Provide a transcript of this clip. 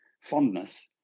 fondness